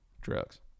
drugs